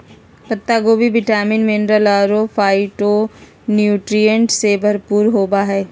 पत्ता गोभी vitamin, mineral अरो फाइटोन्यूट्रिएंट्स से भरपूर होबा हइ